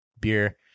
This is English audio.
beer